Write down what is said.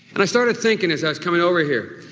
and i started thinking as i was coming over here.